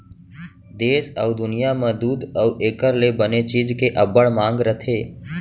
देस अउ दुनियॉं म दूद अउ एकर ले बने चीज के अब्बड़ मांग रथे